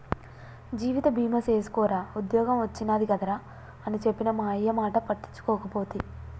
జీవిత బీమ సేసుకోరా ఉద్ద్యోగం ఒచ్చినాది కదరా అని చెప్పిన మా అయ్యమాట పట్టించుకోకపోతి